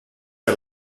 are